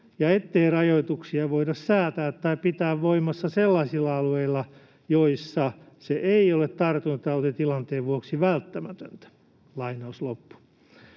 ja ettei rajoituksia voida säätää tai pitää voimassa sellaisilla alueilla, joissa se ei ole tartuntatautitilanteen vuoksi välttämätöntä.” Tämä lausunto